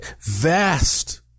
vast